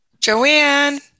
Joanne